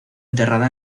enterrada